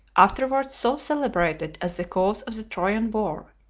afterwards so celebrated as the cause of the trojan war,